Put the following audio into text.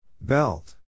Belt